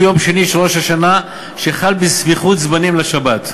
יום שני של ראש השנה שחל בסמיכות זמנים לשבת.